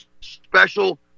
special